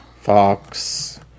Fox